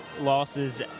losses –